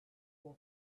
was